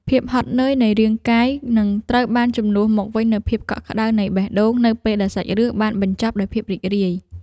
ភាពហត់នឿយនៃរាងកាយនឹងត្រូវបានជំនួសមកវិញនូវភាពកក់ក្ដៅនៃបេះដូងនៅពេលដែលសាច់រឿងបានបញ្ចប់ដោយភាពរីករាយ។